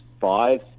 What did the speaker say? five